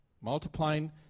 multiplying